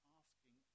asking